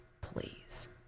Please